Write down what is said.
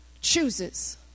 chooses